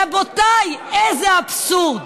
רבותיי, איזה אבסורד.